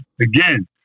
again